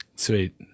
sweet